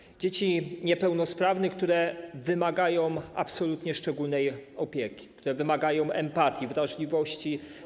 Chodzi o dzieci niepełnosprawne, które wymagają absolutnie szczególnej opieki, które wymagają empatii, wrażliwości.